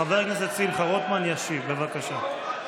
חבר הכנסת שמחה רוטמן ישיב, בבקשה.